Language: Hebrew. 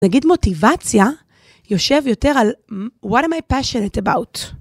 נגיד מוטיבציה יושב יותר על what am I passionate about.